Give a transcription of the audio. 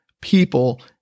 people